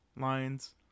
lines